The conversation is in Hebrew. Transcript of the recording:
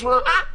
אה,